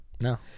No